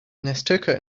nestucca